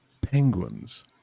Penguins